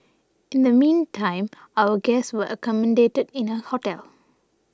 in the meantime our guests were accommodated in a hotel